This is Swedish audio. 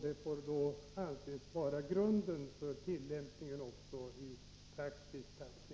Det får då anses vara grunden för tillämpningen också i praktiken.